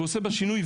ועושה בה שינוי,